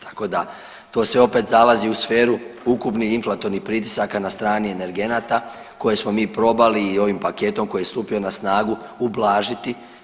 Tako da to sve opet zalazi u sferu ukupnih inflatornih pritisaka na strani energenata koje smo mi probali i ovim paketom koji je stupio na snagu ublažiti.